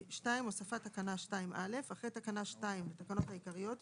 הוספת תקנה 2א 2. אחרי תקנה 2 לתקנות העיקריות יבוא: